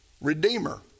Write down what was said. Redeemer